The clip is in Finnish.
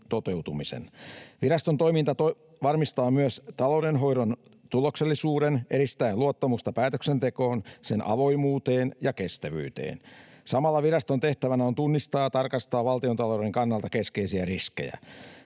Viraston toiminta varmistaa myös taloudenhoidon tuloksellisuuden edistäen luottamusta päätöksentekoon sekä sen avoimuuteen ja kestävyyteen. Samalla viraston tehtävänä on tunnistaa ja tarkastaa valtiontalouden kannalta keskeisiä riskejä.